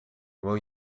will